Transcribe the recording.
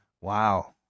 wow